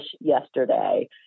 yesterday